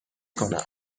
کنم